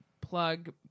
plug